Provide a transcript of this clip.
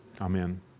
amen